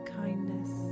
kindness